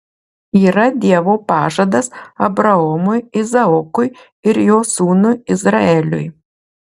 yra dievo pažadas abraomui izaokui ir jo sūnui izraeliui